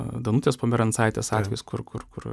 danutės pamirancaitės atvejis kur kur kur